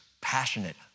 passionate